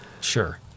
Sure